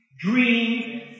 Dream